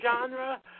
genre